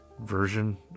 Version